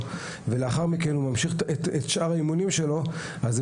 לאחר מכן הוא ממשיך את שאר האימונים שלו אז זו